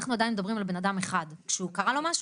אנחנו עדיין מדברים על בן אדם אחד שהוא קרה לו משהו,